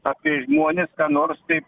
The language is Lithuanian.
apie žmones nors tai